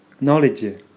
knowledge